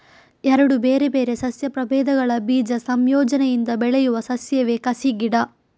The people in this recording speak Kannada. ಎರಡು ಬೇರೆ ಬೇರೆ ಸಸ್ಯ ಪ್ರಭೇದಗಳ ಬೀಜ ಸಂಯೋಜನೆಯಿಂದ ಬೆಳೆಯುವ ಸಸ್ಯವೇ ಕಸಿ ಗಿಡ